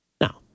Now